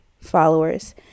followers